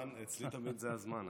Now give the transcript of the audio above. כן, זמן, אצלי תמיד זה הזמן.